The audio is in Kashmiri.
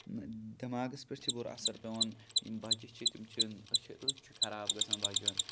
دٮ۪ماغَس پٮ۪ٹھ چھِ بُرٕ اَثر پٮ۪وان یِم بَچہِ چھِ تِم چھِنہٕ أچھِ أچھ خراب گژھان بَچَن